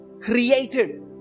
created